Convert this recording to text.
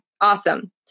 awesome